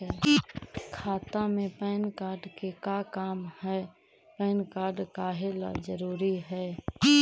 खाता में PAN card के का काम है पैन कार्ड काहे ला जरूरी है?